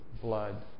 blood